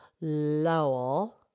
Lowell